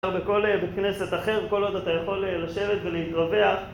בכל בית כנסת אחר, כל עוד אתה יכול לשבת ולהתרווח